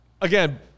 again